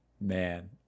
man